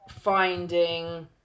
finding